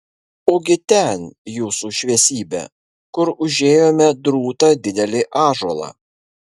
ugi ten jūsų šviesybe kur užėjome drūtą didelį ąžuolą